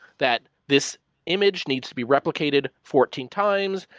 that this image needs to be replicated fourteen times,